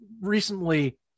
recently